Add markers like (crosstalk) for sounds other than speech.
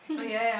(laughs)